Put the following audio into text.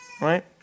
right